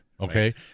okay